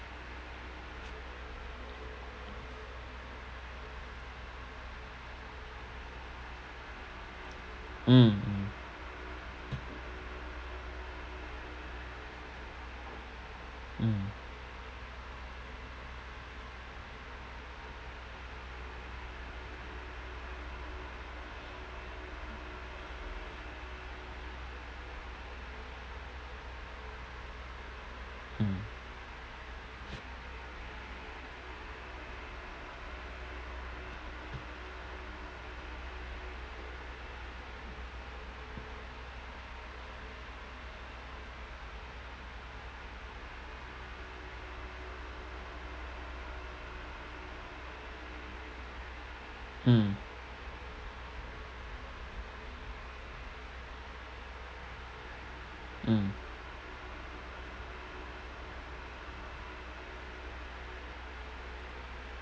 mm mm mmhmm mm mmhmm mm